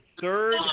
third